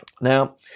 Now